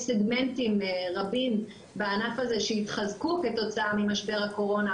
יש סגמנטים רבים בענף הזה שהתחזקו כתוצאה ממשבר הקורונה,